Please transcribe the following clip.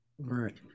Right